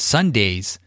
Sundays